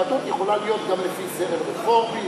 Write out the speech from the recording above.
יהדות יכולה להיות גם לפי זרם רפורמי,